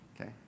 okay